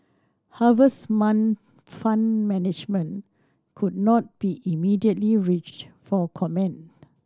harvest mind Fund Management could not be immediately reached for comment